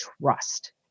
trust